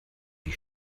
die